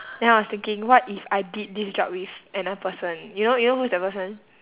then I was thinking what if I did this job with another person you know you know who is that person